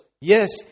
Yes